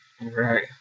Right